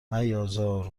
میازار